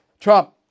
Trump